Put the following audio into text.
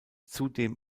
zudem